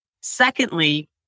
Secondly